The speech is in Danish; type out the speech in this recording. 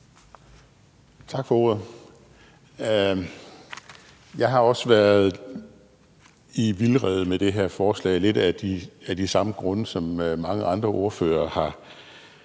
Tak for ordet. Jeg har også været i vildrede med det her forslag og lidt af de samme grunde, som mange andre ordførere har